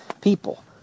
people